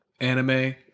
anime